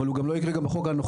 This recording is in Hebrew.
אבל הוא גם לא יקרה בחוק הנוכחי,